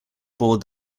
board